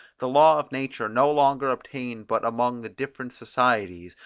the law of nature no longer obtained but among the different societies,